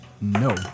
No